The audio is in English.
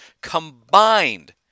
Combined